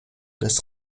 des